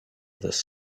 this